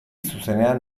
zuzenean